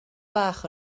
bach